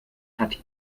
hat